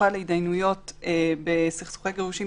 ובמיוחד להתדיינויות בסכסוכי גירושין,